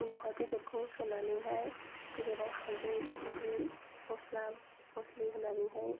उनावहाय बेदरखौ संनानैहाय बेदराव हालदै संख्रि मस्ला मस्लि होनानैहाय